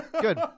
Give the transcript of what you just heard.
good